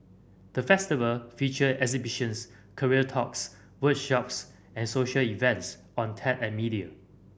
the Festival featured exhibitions career talks workshops and social events on tech and media